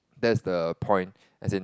that is the point as in